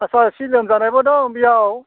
आथसा एसे लोमजानायबो दं बेयाव